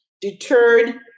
deterred